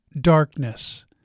darkness